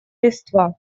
листва